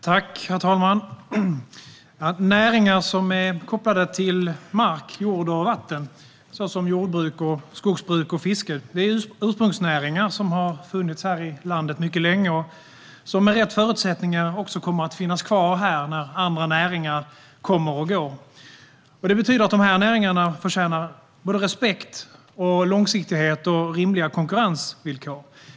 Herr talman! Näringar som är kopplade till mark, jord och vatten, såsom jordbruk, skogsbruk och fiske, är ursprungsnäringar som har funnits här i landet mycket länge och som med rätt förutsättningar också kommer att finnas kvar här medan andra näringar kommer och går. Det betyder att dessa näringar förtjänar respekt, långsiktighet och rimliga konkurrensvillkor.